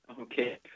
Okay